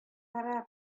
кораб